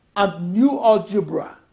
ah new algebra